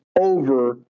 over